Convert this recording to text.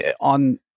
on